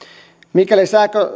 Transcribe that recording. mikäli